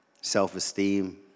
self-esteem